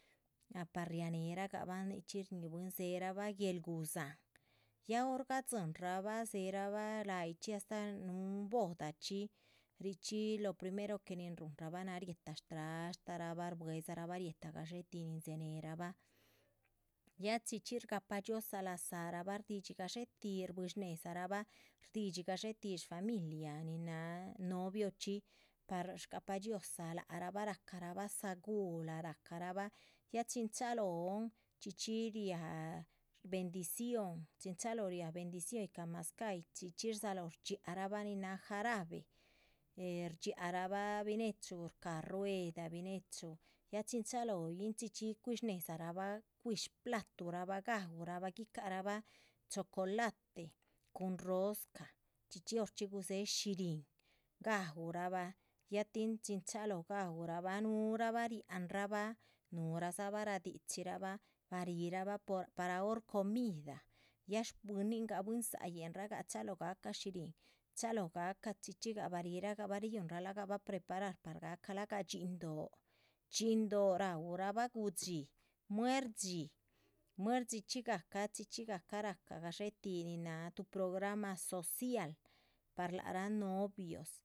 Nah par rianehe ragabahn ya nichxí shñíhi bwín dzéherabah guéhel gudzáhan, ya hor gadzíhinrabah dzéherabah láyih chxí astáh núhu bodachxí. richxí lo primero que nin ruhunrabah náha riéheta shtrashtarabah rbuedzarabah rietah gadxéhe tih nin dzeneheraba ya chichxí shgapa dhxiózaa lazárabah. shdidxí gadxé tih shbuihi shnéhedza rahbah rdídxi gadxétih shfamilia nin náha noviochxi par shgapa dhxiózaa lác rahbah rah carabah sagúhla. ráhcarabah ya chin chalóhon chxí chxí riáha bendición chin chalóh riá bendición yíhca mazcáhyichxi chxí chxí rdzalóho shdxíarabah nin náha jarabe. eh rdxiárabah binechu rcáha rueda binechu ya chin chalóhoyin chxí chxí yih cuihi shnéhedzarabah cuihi shplatuhrabah gaúrabah guicahrabah chocolate cun rosca. chxí chxí orchxí gudzéhe shihrín, gaúrabah ya tin chin chalóh gaúrabah núhurabah riáhan rabah núhuradzabah radichirabah bah rihirabah por para. hor comida ya shpuihinraa bwín dzáayinraa chalóho gahca shihrín, chalóho gahca chxí chxí gah bah rihiragabah riyúhun ralagahbah preparar par. rahcala gah dhxín dóh, dhxín dóh raúrabah gudxí muer dxí muer dxíchxi gahcah chi chxí gahca rahca gadxétih nin náha tuh programa social para lac rah. novios.